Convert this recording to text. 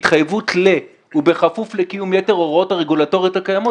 התחייבות ל- ובכפוף לקיום יתר ההוראות הרגולטוריות הקיימות,